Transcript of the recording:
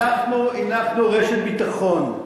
אנחנו הנחנו רשת ביטחון.